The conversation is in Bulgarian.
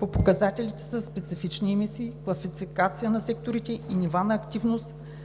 но показателите за специфични емисии, класификация на секторите и нива на активност